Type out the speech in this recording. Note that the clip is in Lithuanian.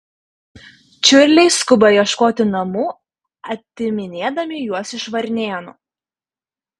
čiurliai skuba ieškoti namų atiminėdami juos iš varnėnų